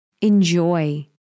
enjoy